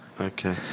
okay